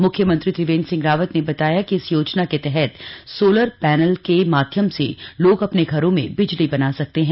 मुख्यमंत्री त्रिवेंद्र सिंह रावत ने बताया कि इस योजना के तहत सोलर पैनल के माध्यम से लोग अपने घरों में बिजली बना सकते हैं